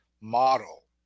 model